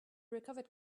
recovered